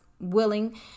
willing